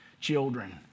children